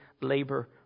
labor